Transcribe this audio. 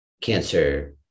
cancer